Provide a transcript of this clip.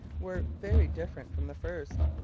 were very different from the first.